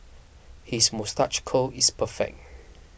his moustache curl is perfect